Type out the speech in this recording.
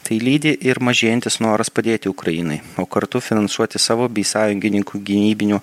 tai lydi ir mažėjantis noras padėti ukrainai o kartu finansuoti savo bei sąjungininkų gynybinių